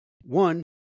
One